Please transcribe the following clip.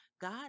God